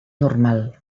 normal